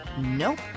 Nope